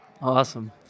Awesome